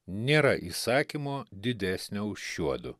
nėra įsakymo didesnio už šiuodu